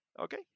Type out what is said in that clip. Okay